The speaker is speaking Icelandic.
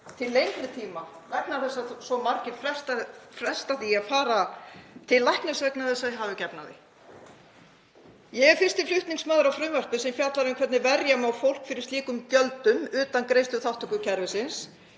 til lengri tíma vegna þess að svo margir fresta því að fara til læknis vegna þess að þeir hafa ekki efni á því. Ég er fyrsti flutningsmaður að frumvarpi sem fjallar um hvernig verja má fólk fyrir slíkum gjöldum utan greiðsluþátttökukerfisins.